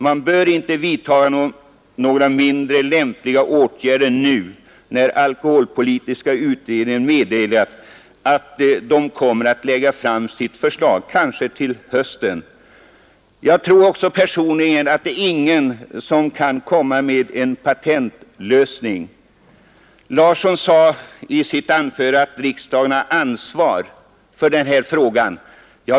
Man bör inte vidtaga några mindre lämpliga åtgärder nu, när alkoholpolitiska utredningen meddelat att den skall lägga fram sitt förslag kanske till hösten. Personligen tror jag också att ingen kan komma med någon patentlösning. Herr Larsson i Umeå sade i sitt anförande att riksdagen har ansvar för denna fråga.